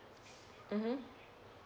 mmhmm